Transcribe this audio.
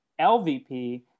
LVP